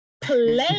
Play